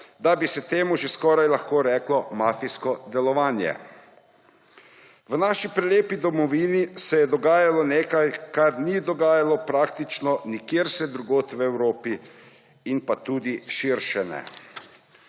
da bi se temu že skoraj lahko reklo mafijsko delovanje. V naši prelepi domovini se je dogajalo nekaj, kar se ni dogajalo praktično nikjer drugod v Evropi in tudi širše ne.